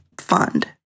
Fund